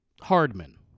Hardman